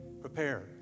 prepared